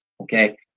okay